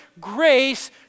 grace